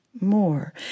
more